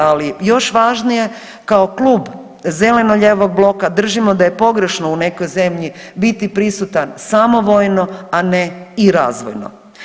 Ali još važnije kao Klub zeleno-lijevog bloka držimo da je pogrešno u nekoj zemlji biti prisutan samo vojno, a ne i razvojno.